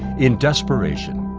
in desperation,